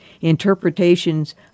interpretations